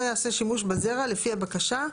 לא ייעשה שימוש בזרע לפי הבקשה,